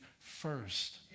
first